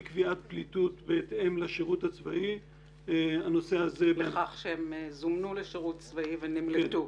קביעת פליטות בהתאם לשירות הצבאי --- שהם זומנו לשירות צבאי ונמלטו.